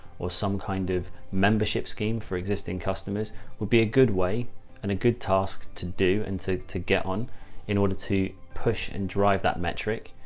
or some kind of membership scheme for existing customers would be a good way and a good task to do and to, to get on in order to push and drive that metric.